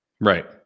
Right